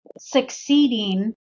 succeeding